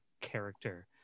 character